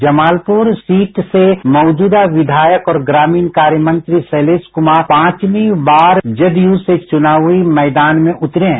Jamalpur seat से मौजूदा विधायक और ग्रामीण कार्य मंत्री रैलेश कुमार पांचवी बार विधायक बनने के लिए जदयू से चुनावी मैदान में उतरे हैं